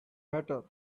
matter